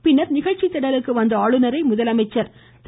பின்னர் நிகழ்ச்சி திடலுக்கு வந்த ஆளுநரை முதலமைச்சர் திரு